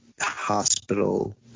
hospital